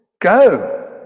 go